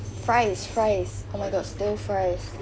fries fries oh my god stir fries